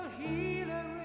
healer